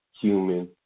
human